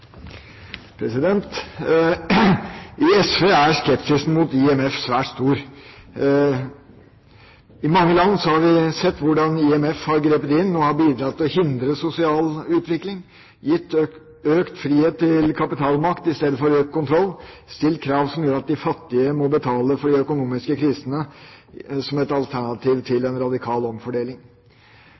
skepsisen til IMF svært stor. I mange land har vi sett hvordan IMF har grepet inn og bidratt til å hindre sosial utvikling, gitt økt frihet til kapitalmakt i stedet for økt kontroll, og stilt krav som gjør at de fattige må betale for de økonomiske krisene som et alternativ til en radikal omfordeling.